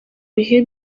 bihe